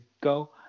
go